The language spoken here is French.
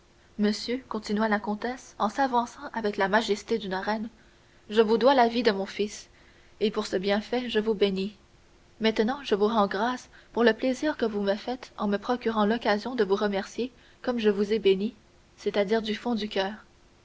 monsieur continua la comtesse en s'avançant avec la majesté d'une reine je vous dois la vie de mon fils et pour ce bienfait je vous bénis maintenant je vous rends grâce pour le plaisir que vous me faites en me procurant l'occasion de vous remercier comme je vous ai béni c'est-à-dire du fond du coeur